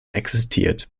existiert